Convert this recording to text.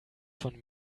von